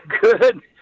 Good